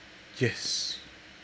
yes